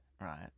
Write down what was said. right